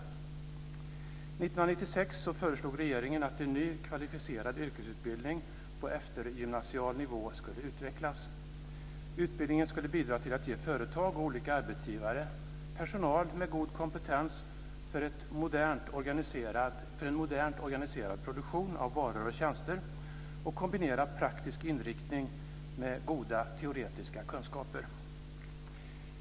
År 1996 föreslog regeringen att en ny kvalificerad yrkesutbildning på eftergymnasial nivå skulle utvecklas. Utbildningen skulle bidra till att ge företag och olika arbetsgivare personal med god kompetens för en modernt organiserad produktion av varor och tjänster och kombinera praktisk inriktning med goda teoretiska kunskaper.